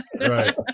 Right